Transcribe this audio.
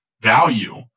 value